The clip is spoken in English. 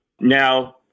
Now